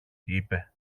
είπε